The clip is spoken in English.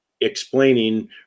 explaining